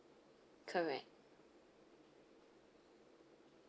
correct